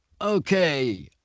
Okay